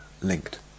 linked